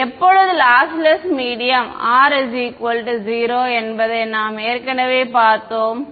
எப்பொழுது lossless medium R 0 என்பதை நாம் ஏற்கனவே பார்த்தோம்